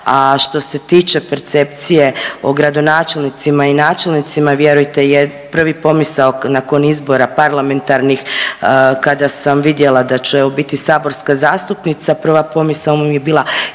A što se tiče percepcije o gradonačelnicima i načelnicima vjerujte prvi pomisao nakon izbora parlamentarnih kada sam vidjela da ću evo biti saborska zastupnica prva pomisao mi je bila